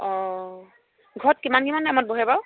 অঁ ঘৰত কিমান কিমান টাইমত বহে বাৰু